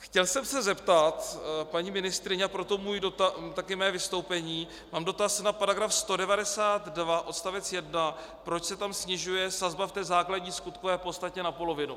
Chtěl jsem se zeptat paní ministryně, a proto také mé vystoupení, na § 192 odst. 1, proč se tam snižuje sazba v základní skutkové podstatě na polovinu.